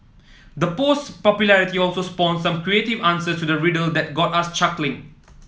the post's popularity also spawned some creative answers to the riddle that got us chuckling